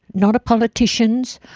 not a politician's,